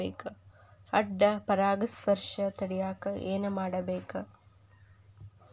ಅಡ್ಡ ಪರಾಗಸ್ಪರ್ಶ ತಡ್ಯಾಕ ಏನ್ ಮಾಡ್ಬೇಕ್?